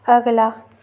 अगला